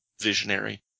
visionary